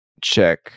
check